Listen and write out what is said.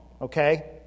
okay